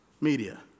media